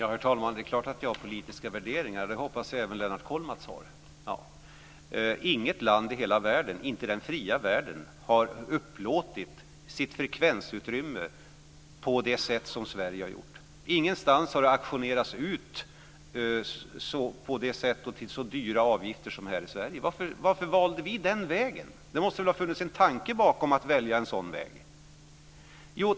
Herr talman! Det är klart att jag har politiska värderingar. Det hoppas jag att även Lennart Kollmats har. Inget land i hela den fria världen har upplåtit sitt frekvensutrymme på det sätt som Sverige har gjort. Ingenstans har det auktionerats ut på det sätt och till så dyra avgifter som här i Sverige. Varför valde vi den vägen? Det måste ha funnits en tanke bakom att välja en sådan väg.